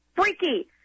freaky